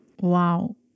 Wow